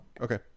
okay